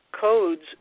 codes